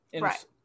Right